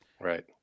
right